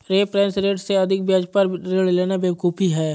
reference rate से अधिक ब्याज पर ऋण लेना बेवकूफी है